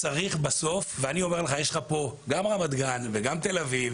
יש לך פה נציגים גם מרמת גן וגם מתל אביב,